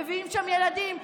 מביאים שם ילדים,